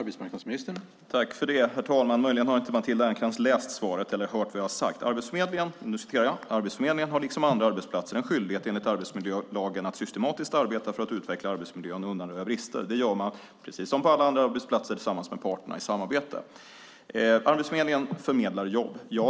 Herr talman! Möjligen har inte Matilda Ernkrans läst svaret eller hört vad jag sagt: "Arbetsförmedlingen har liksom andra arbetsplatser en skyldighet enligt arbetsmiljölagen att systematiskt arbeta för att utveckla för att utveckla arbetsmiljön och undanröja brister. Det gör man precis som på alla andra arbetsplatser tillsammans med parterna i samarbete." Arbetsförmedlingen förmedlar jobb.